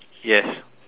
yes